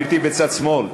גברתי בצד שמאל,